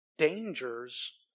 dangers